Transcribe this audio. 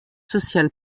social